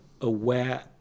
aware